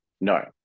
No